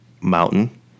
mountain